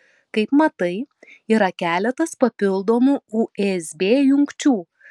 kaip matai yra keletas papildomų usb jungčių